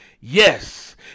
yes